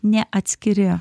ne atskiri